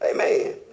Amen